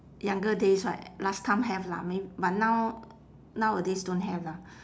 younger days right last time have lah may~ but now nowadays don't have lah